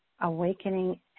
awakening